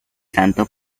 santo